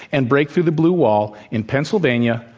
and break through the blue wall in pennsylvania,